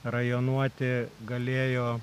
rajonuoti galėjo